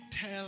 tell